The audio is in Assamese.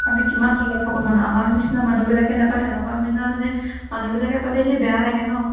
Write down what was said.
আমি কিমান তলৰ খাপৰ মানুহ আমাৰ নিচিনা মানুহবিলাকে নাপায় তেনেকুৱা মানুহ মানে মানুহবিলাকে পালে এনে বেয়া লাগে ন